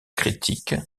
critique